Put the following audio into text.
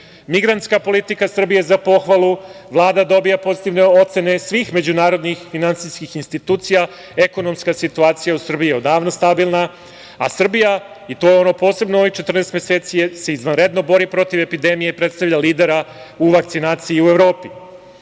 medija. Migrantska politika Srbije, za pohvalu, Vlada dobija pozitivne ocene svih međunarodnih finansijskih institucija, ekonomska situacija u Srbiji je odavno stabilna, a Srbija, i to posebno ovih 14 meseci se izvanredno bori protiv epidemije i predstavlja lidera u vakcinaciji u Evropi. Podele